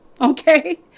okay